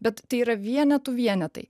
bet tai yra vienetų vienetai